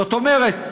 זאת אומרת,